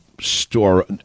store